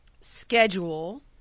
schedule